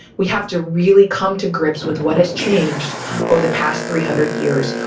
we have to really come to grips with what has changed over the past three hundred years,